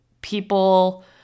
people